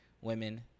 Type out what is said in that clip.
women